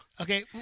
Okay